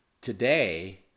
today